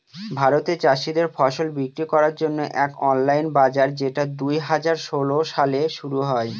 ভারতে চাষীদের ফসল বিক্রি করার জন্য এক অনলাইন বাজার যেটা দুই হাজার ষোলো সালে শুরু হয়